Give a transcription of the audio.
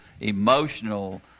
emotional